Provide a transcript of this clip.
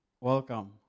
Welcome